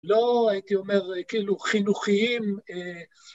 לא, הייתי אומר, כאילו, חינוכיים.